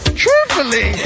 truthfully